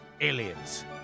aliens